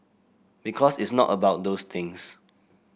because it's not about those things